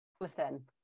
Listen